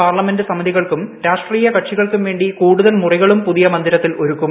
parliament സമിതികൾക്കും രാഷ്ട്രീയ കക്ഷികൾക്കും വേണ്ടി കൂടുതൽ മുറികളും പുതിയ മന്ദിരത്തിൽ ഒരുക്കും